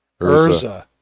Urza